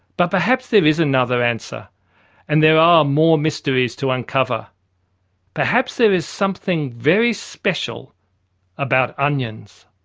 but perhaps there is another answer and there are more mysteries to uncover perhaps there is something very special about onions.